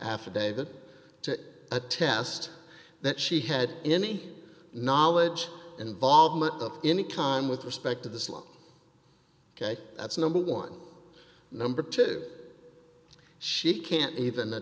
affidavit to attest that she had any knowledge involvement of any kind with respect to the slum ok that's number one number two she can't even